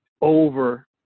over